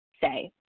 say